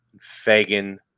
Fagan